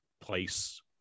place